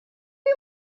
you